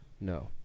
No